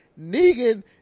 negan